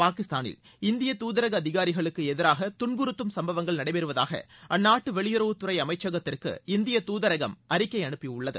பாகிஸ்தானில் இந்திய தூதரக அதிகாரிகளுக்கு எதிராக துன்புறுத்தும் சம்பவங்கள் நடைபெறுவதாக அந்நாட்டு வெளியுறவுத்துறை அமைச்சகத்திற்கு இந்திய தூதரகம் அறிக்கை அனுப்பியுள்ளது